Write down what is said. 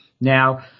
Now